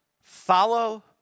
Follow